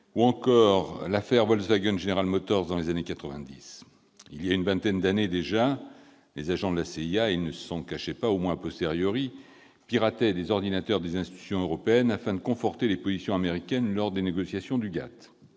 ou encore à l'affaire Volkswagen-General Motors, dans les années quatre-vingt-dix. Il y a une vingtaine d'années déjà, des agents de la CIA- ils ne s'en cachaient pas, au moins -pirataient des ordinateurs des institutions européennes afin de conforter les positions américaines lors des négociations du GATT.